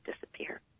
disappear